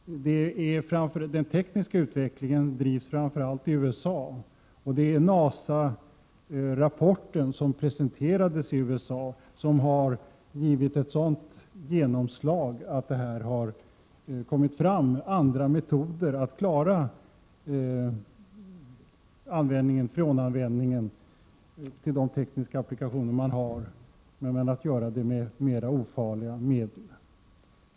Den tekniska utvecklingen drivs framför allt i USA. Det är NASA-rapporten, som presenterades i USA, som har givit ett sådant genomslag att det har kommit fram andra metoder att klara freonanvändningen till de tekniska applikationer man har men med användande av mer ofarliga medel.